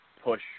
push